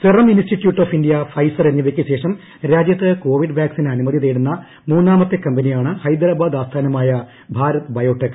serum institute of India Pfizer എന്നിവയ്ക്ക് ശേഷം രാജ്യത്ത് കോവിഡ് വാക് സിന് അനുമതി തേടുന്ന മൂന്നാമത്തെ കമ്പനിയാണ് ഹൈദരാബാദ് ആസ്ഥാനമായ ഭാരത് ബയോടെക്